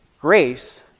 Grace